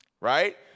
right